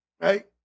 Right